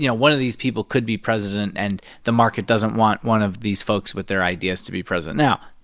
you know one of these people could be president, and the market doesn't want one of these folks with their ideas to be president. now,